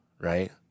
right